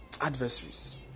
adversaries